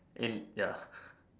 in ya